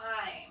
time